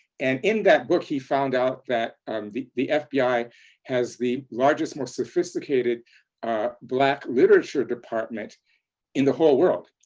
and in that book, he found out that um the the fbi has the largest most sophisticated black literature department in the whole world.